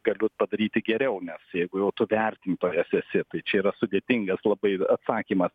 galiu padaryti geriau nes jeigu jau tu vertintojas esi tu čia yra sudėtingas labai atsakymas